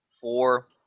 four